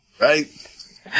Right